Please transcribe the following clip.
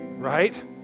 Right